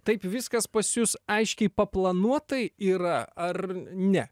taip viskas pas jus aiškiai paplanuotai yra ar ne